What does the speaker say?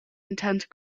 intense